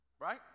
right